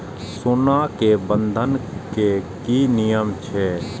सोना के बंधन के कि नियम छै?